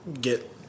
get